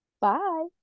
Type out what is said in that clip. Bye